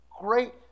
Great